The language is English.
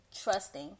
trusting